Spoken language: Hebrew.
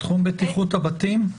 תחום בטיחות הבתים.